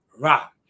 rock